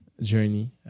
journey